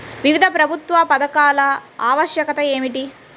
వివిధ ప్రభుత్వా పథకాల ఆవశ్యకత ఏమిటి?